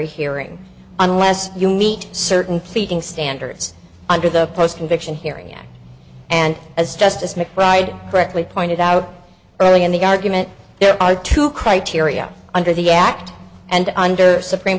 hearing unless you meet certain pleading standards under the post conviction hearing act and as justice mcbride correctly pointed out early in the argument there are two criteria under the act and under supreme